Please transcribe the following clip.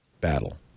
battle